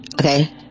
Okay